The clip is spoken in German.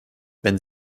wenn